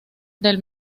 del